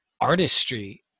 artistry